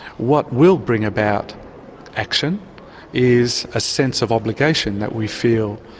what will bring about action is a sense of obligation that we feel,